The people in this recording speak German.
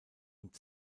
und